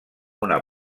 una